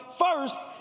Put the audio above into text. first